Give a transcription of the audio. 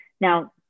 Now